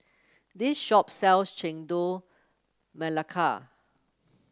this shop sells Chendol Melaka